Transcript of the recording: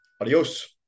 Adios